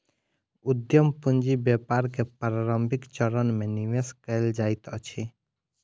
उद्यम पूंजी व्यापार के प्रारंभिक चरण में निवेश कयल जाइत अछि